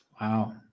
Wow